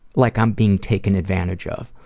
like i'm being taken advantage of,